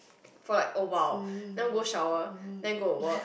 for like awhile then go shower then go to work